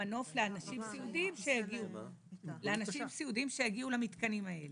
מנוף לאנשים סיעודיים שיגיעו למתקנים האלה.